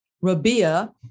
Rabia